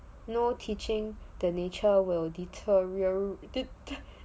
no teaching the nature will deterio~